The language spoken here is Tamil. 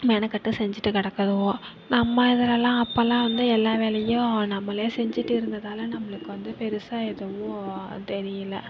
மெனக்கட்டு செஞ்சிட்டு கிடக்குதுவோ நம்ம இதுலல்லாம் அப்பெல்லாம் வந்து எல்லா வேலையும் நம்மளே செஞ்சிகிட்டு இருந்ததால் நம்மளுக்கு வந்து பெருசாக எதுவும் தெரியல